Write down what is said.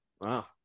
Wow